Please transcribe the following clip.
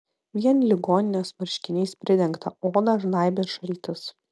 vien ligoninės marškiniais pridengtą odą žnaibė šaltis